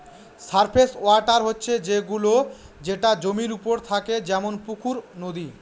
surface water হচ্ছে সে গুলো যেটা জমির ওপরে থাকে যেমন পুকুর, নদী